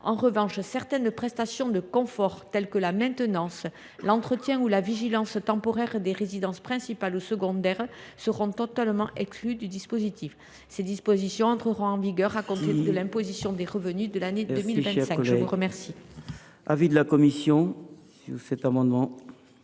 En revanche, certaines prestations de confort, telles que la maintenance, l’entretien ou la vigilance temporaire des résidences principales et secondaires, seront totalement exclues du dispositif. Veuillez conclure. Ces dispositions entreraient en vigueur à compter de l’imposition des revenus de l’année 2025. Quel